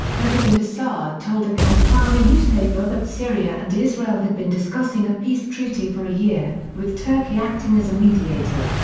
president assad told a qatari newspaper that syria and israel had been discussing a peace treaty for a year, with turkey acting as a mediator.